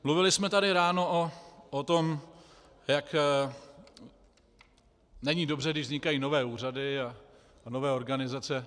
Mluvili jsme tady ráno o tom, jak není dobře, když vznikají nové úřady a nové organizace.